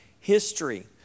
history